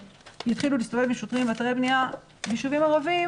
שיתחילו להסתובב עם שוטרים באתרי בנייה בישובים ערביים,